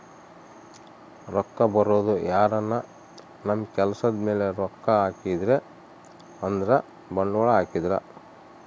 ರೊಕ್ಕ ಬರೋದು ಯಾರನ ನಮ್ ಕೆಲ್ಸದ್ ಮೇಲೆ ರೊಕ್ಕ ಹಾಕಿದ್ರೆ ಅಂದ್ರ ಬಂಡವಾಳ ಹಾಕಿದ್ರ